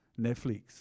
netflix